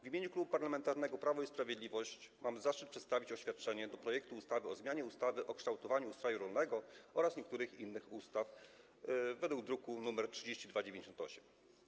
W imieniu Klubu Parlamentarnego Prawo i Sprawiedliwość mam zaszczyt przedstawić oświadczenie dotyczące projektu ustawy o zmianie ustawy o kształtowaniu ustroju rolnego oraz niektórych innych ustaw, druk nr 3298.